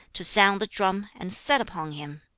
to sound the drum, and set upon him.